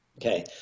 Okay